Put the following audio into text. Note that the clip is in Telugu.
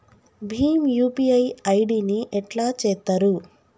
భీమ్ యూ.పీ.ఐ ఐ.డి ని ఎట్లా చేత్తరు?